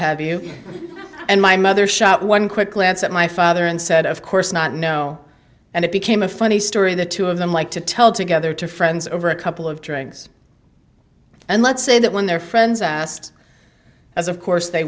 have you and my mother shot one quick glance at my father and said of course not no and it became a funny story the two of them like to tell together to friends over a couple of drinks and let's say that when their friends asked as of course they